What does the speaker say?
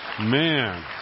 Man